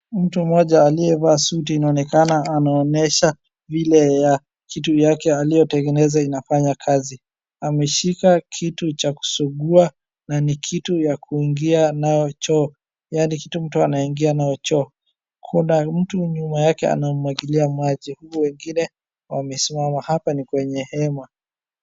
Mtu mmoja liyevaa suti inaonekana anaonesha vile ya kitu yake ya aliotengeneza inafanya kazi. Ameshika kitu cha kusugua na ni kitu ya kuingia nayo choo, yaani kitu mtu anaingia nayo choo. Kuna mtu nyuma yake anamwagilia maji, huo wengine wamesimama. Hapa ni kwenye hema.